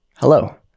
Hello